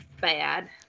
bad